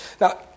Now